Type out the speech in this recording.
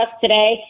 today